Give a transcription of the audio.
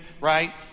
right